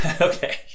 Okay